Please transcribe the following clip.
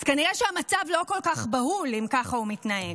אז כנראה שהמצב לא כל כך בהול, אם ככה הוא מתנהג.